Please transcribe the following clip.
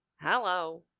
Hello